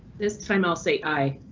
this time i'll say i.